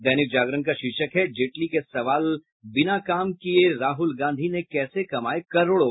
दैनिक जागरण का शीर्षक है जेटली के सवाल बिना काम किये राहल गांधी ने कैसे कमाये करोड़ों